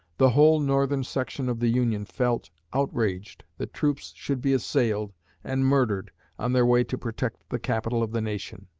the whole northern section of the union felt outraged that troops should be assailed and murdered on their way to protect the capital of the nation.